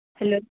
hello